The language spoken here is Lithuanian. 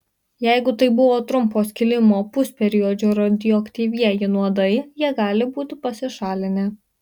jeigu tai buvo trumpo skilimo pusperiodžio radioaktyvieji nuodai jie gali būti pasišalinę